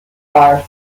are